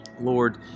Lord